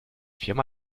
firma